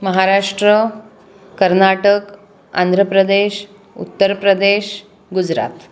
Maharashtra Karnataka Andhra Pradesh Uttar Pradesh Gujarat